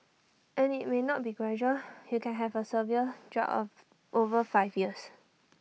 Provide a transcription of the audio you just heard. and IT may not be gradual you can have A severe drop over five years